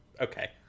okay